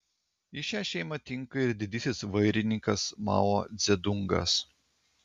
į šią šeimą tinka ir didysis vairininkas mao dzedungas